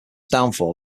downfall